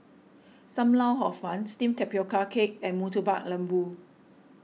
Sam Lau Hor Fun Steamed Tapioca Cake and Murtabak Lembu